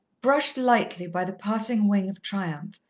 brushed lightly by the passing wing of triumph,